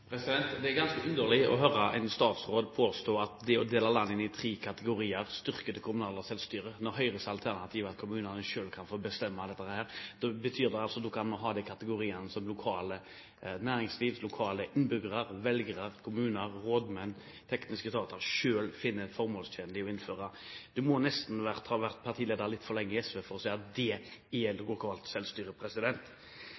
Det er ganske underlig å høre en statsråd påstå at det å dele landet inn i tre kategorier styrker det kommunale selvstyret, når Høyres alternativ er at kommunene selv kan få bestemme dette. Det betyr at da kan man ha de kategoriene som lokalt næringsliv, lokale innbyggere, velgere, rådmenn og tekniske etater selv finner formålstjenlig å innføre. Man må nesten ha vært partileder litt for lenge i SV for å kunne si at det